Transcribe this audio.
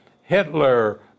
Hitler